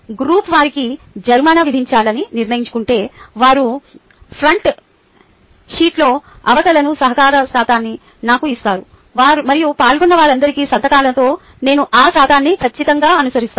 group వారికి జరిమానా విధించాలని నిర్ణయించుకుంటే వారు ఫ్రంట్ షీట్లో అవకలన సహకార శాతాన్ని నాకు ఇస్తారు మరియు పాల్గొన్న వారందరి సంతకాలతో నేను ఆ శాతాలను ఖచ్చితంగా అనుసరిస్తాను